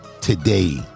today